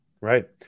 right